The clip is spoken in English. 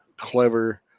Clever